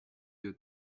your